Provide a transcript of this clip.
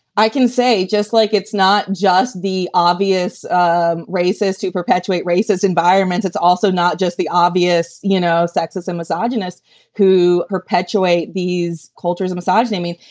i can say just like it's not just the obvious um racist who perpetuate racist environments. it's also not just the obvious, you know, sexism, misogynist who perpetuate these cultures, misogyny. i mean,